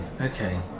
Okay